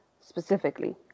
specifically